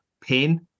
pin